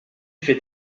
fait